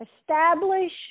establish